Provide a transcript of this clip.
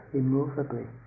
immovably